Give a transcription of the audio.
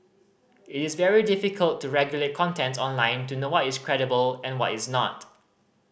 it is very difficult to regulate contents online to know what is credible and what is not